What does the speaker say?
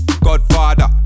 Godfather